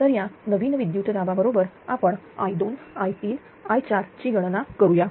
तर या नवीन विद्युत दाबा बरोबर आपणi2 i3 i4 ची गणना करूया